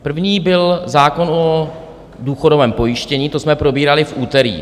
První byl zákon o důchodovém pojištění, to jsme probírali v úterý.